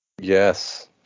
Yes